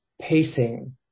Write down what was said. pacing